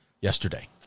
yesterday